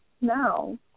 No